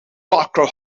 barker